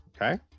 okay